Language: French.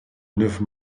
neuf